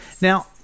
Now